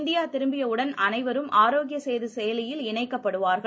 இந்தியாதிரும்பியவுடன் அனைவரும் ஆரோக்கியசேதுசெயலியில் இணைக்கப்படுவார்கள்